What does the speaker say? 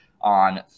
on